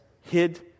hid